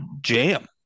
jam